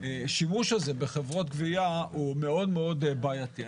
השימוש הזה בחברות גבייה הוא מאוד מאוד בעייתי.